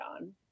on